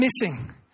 missing